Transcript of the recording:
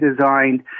designed